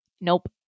nope